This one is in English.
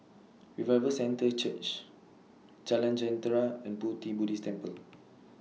Revival Centre Church Jalan Jentera and Pu Ti Buddhist Temple